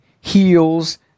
heels